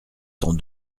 sans